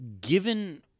Given